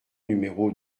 numéro